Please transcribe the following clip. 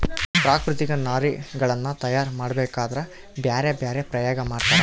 ಪ್ರಾಕೃತಿಕ ನಾರಿನಗುಳ್ನ ತಯಾರ ಮಾಡಬೇಕದ್ರಾ ಬ್ಯರೆ ಬ್ಯರೆ ಪ್ರಯೋಗ ಮಾಡ್ತರ